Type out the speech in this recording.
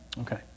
Okay